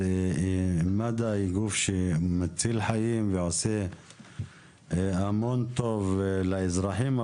אז מד"א הוא גוף שמציל חיים ועושה המון טוב לאזרחים.